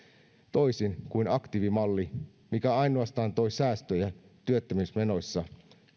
toisin kuin aktiivimalli mikä ainoastaan toi säästöjä työttömyysmenoissa